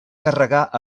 carregar